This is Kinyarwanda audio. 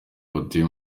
batuye